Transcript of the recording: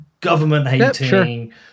government-hating